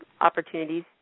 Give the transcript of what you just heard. opportunities